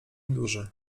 duży